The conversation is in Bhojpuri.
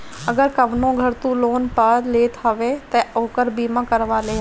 अगर कवनो घर तू लोन पअ लेत हवअ तअ ओकर बीमा करवा लिहअ